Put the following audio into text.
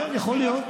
יכול להיות.